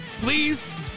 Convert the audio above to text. Please